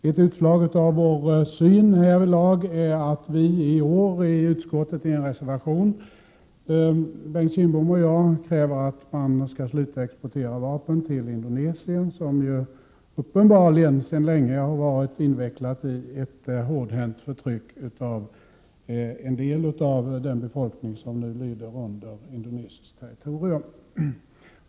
Ett utslag av vår syn härvidlag är att Bengt Kindbom och jag i år i en reservation till utskottets betänkande kräver att Sverige skall sluta exportera vapen till Indonesien, som ju uppenbarligen sedan länge har varit invecklat i ett hårdhänt förtryck av en del av den befolkning som nu lyder under indonesiskt territorium.